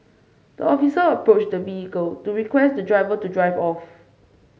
the officer approached the vehicle to request the driver to drive off